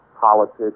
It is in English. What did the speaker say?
politics